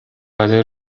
بده